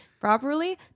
properly